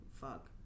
fuck